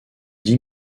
dix